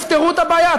תפתרו את הבעיה.